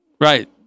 Right